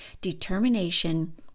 determination